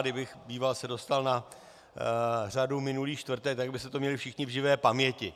Kdybych se býval dostal na řadu minulý čtvrtek, tak byste to měli všichni v živé paměti.